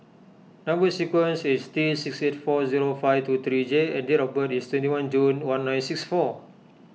Number Sequence is T six eight four zero five two three J and date of birth is twenty one June one nine six four